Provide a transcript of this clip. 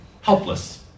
Helpless